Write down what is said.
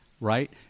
right